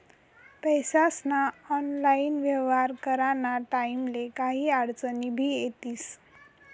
पैसास्ना ऑनलाईन येव्हार कराना टाईमले काही आडचनी भी येतीस